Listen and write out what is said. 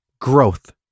growth